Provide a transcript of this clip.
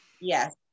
Yes